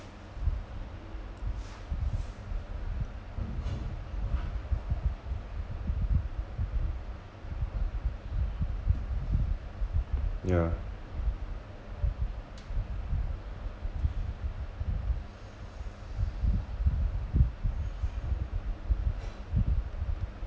yeah